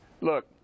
Look